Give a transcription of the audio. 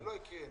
לא הקראנו.